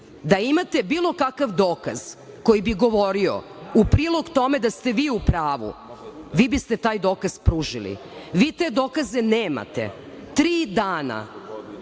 Da imate bilo kakav dokaz koji bi govorio u prilog tome da ste vi u pravu, vi biste taj dokaz pružili. Vi te dokaze nemate. Tri dana